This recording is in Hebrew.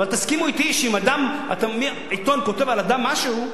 אבל תסכימו אתי שאם עיתון כותב על אדם משהו,